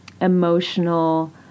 emotional